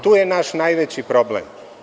Tu je naš najveći problem.